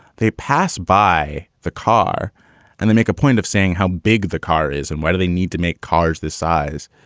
they pass by the car and they make a point of saying how big the car is and why do they need to make cars this size.